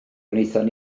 wnaethon